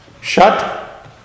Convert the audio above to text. Shut